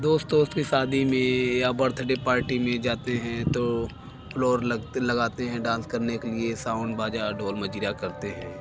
दोस्त वोस्त की शादी में या बर्थडे पर्टी में जाते हैं तो फ्लोर लगते लगाते हैं डांस करने के लिए साउंड बाजा ढोल मंजीरा करते हैं